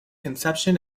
conception